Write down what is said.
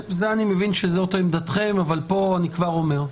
אני מבין שזאת עמדתכם, אבל פה אני כבר אומר,